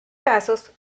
casos